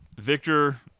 Victor